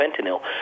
fentanyl